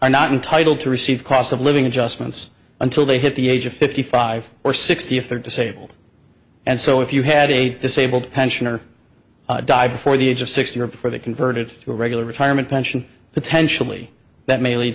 are not entitled to receive cost of living adjustments until they hit the age of fifty five or sixty if they're disabled and so if you had a disabled pensioner die before the age of sixty or before they converted to a regular retirement pension potentially that may lead